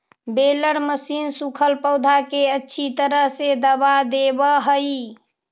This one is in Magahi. बेलर मशीन सूखल पौधा के अच्छी तरह से दबा देवऽ हई